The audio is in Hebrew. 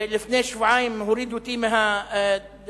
לפני שבועיים הורידו אותי מהדוכן.